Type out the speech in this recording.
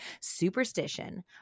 superstition –